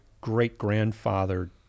great-grandfather